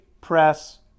press